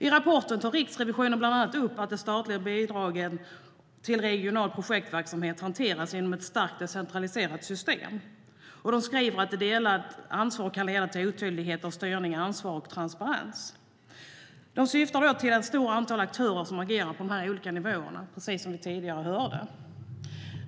I rapporten tar Riksrevisionen bland annat upp att det statliga bidraget till regional projektverksamhet hanteras inom ett starkt decentraliserat system. Man skriver att ett delat ansvar kan leda till otydligheter av styrning, ansvar och transparens. Man syftar på det stora antal aktörer som agerar på de olika nivåerna, precis som tidigare har sagts.